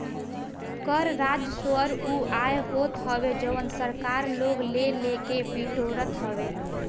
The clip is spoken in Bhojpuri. कर राजस्व उ आय होत हवे जवन सरकार लोग से लेके बिटोरत हवे